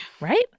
Right